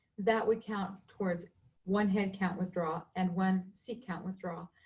that would count towards one headcount withdraw and one seat count withdraw.